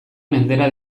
mendera